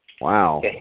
Wow